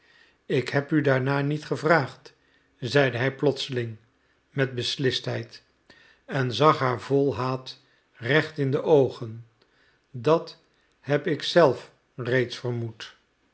ik heb u daarnaar niet gevraagd zeide hij plotseling met beslistheid en zag haar vol haat recht in de oogen dat heb ik zelf reeds vermoed